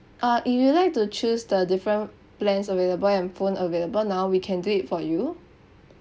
uh if you would like to choose the different plans available and phone available now we can do it for you